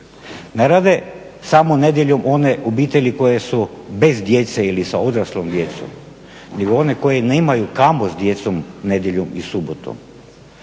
Ne rade samo nedjeljom one obitelji koje su bez djece ili sa odraslom djecom, nego one koje nemaju kamo s djecom nedjeljom i subotom.